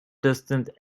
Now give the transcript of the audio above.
distant